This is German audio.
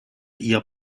ihr